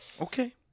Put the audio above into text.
Okay